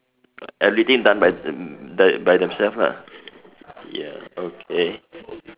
everything done by them by themselves lah ya okay